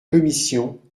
commission